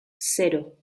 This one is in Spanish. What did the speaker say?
cero